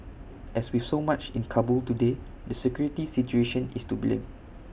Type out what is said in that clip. as with so much in Kabul today the security situation is to blame